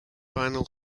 final